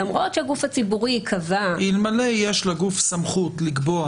למרות שהגוף הציבורי קבע --- אלמלא יש לגוף סמכות לקבוע